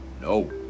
No